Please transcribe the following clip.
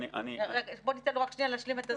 בוא ניתן לו רק שנייה להשלים.